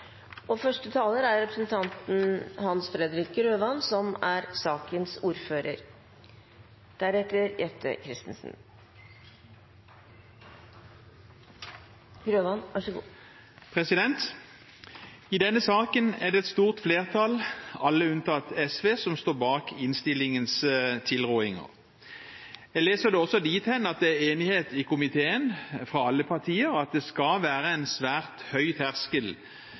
og det er bra. Flere har ikke bedt om ordet til sak nr. 2. I denne saken er det et stort flertall, alle unntatt SV, som står bak innstillingens tilråding. Jeg leser det også dit hen at det er enighet i komiteen, fra alle partier, om at det skal være en svært høy terskel